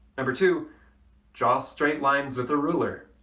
number two draw straight lines with a ruler,